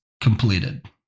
completed